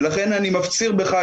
ולכן אני מפציר בך,